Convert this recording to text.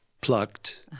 plucked